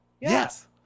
yes